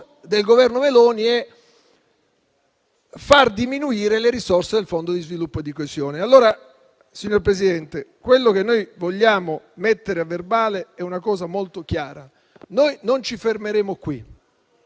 del Governo Meloni è far diminuire le risorse del Fondo di sviluppo e di coesione. Allora, signor Presidente, vogliamo che resti a verbale una cosa molto chiara: noi non ci fermeremo qui.